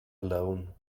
alone